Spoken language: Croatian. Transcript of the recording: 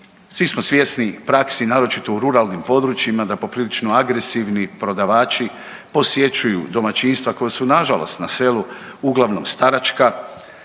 Svi smo svjesni praksi naročito u ruralnim područjima da poprilično agresivni prodavači posjećuju domaćinstva koja su nažalost na selu uglavnom staračka